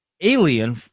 alien